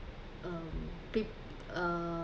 um people uh